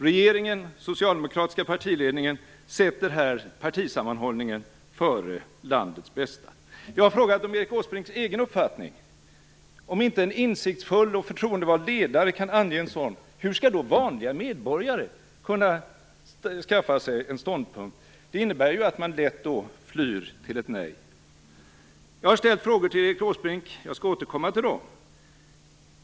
Regeringen och den socialdemokratiska partiledningen sätter här partisammanhållningen före landets bästa. Jag har frågat om Erik Åsbrinks egen uppfattning. Om inte en insiktsfull och förtroendevald ledare kan ange en sådan, hur skall då vanliga medborgare kunna skaffa sig en ståndpunkt? Det innebär att man lätt flyr till ett nej. Jag har ställt frågor till Erik Åsbrink, och jag skall återkomma till dem.